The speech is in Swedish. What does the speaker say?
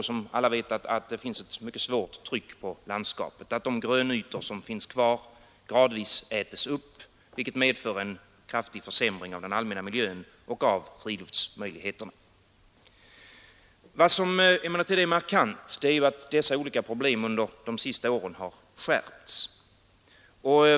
Som alla vet finns det också ett mycket starkt tryck på landskapet; de grönytor som finns kvar äts gradvis upp, vilket medför en kraftig försämring av den allmänna miljön och av friluftsmöjligheterna. Vad som emellertid är markant är att dessa olika problem under de senaste åren har skärpts.